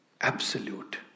Absolute